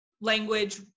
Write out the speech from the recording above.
language